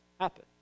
happen